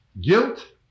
guilt